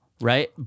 right